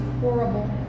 horrible